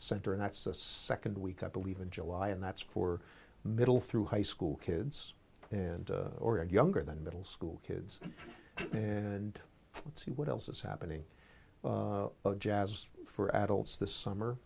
center and that's second week i believe in july and that's for middle through high school kids and or younger than middle school kids and see what else is happening jazz for adults this summer